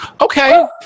okay